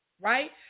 Right